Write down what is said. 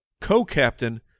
co-captain